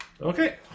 Okay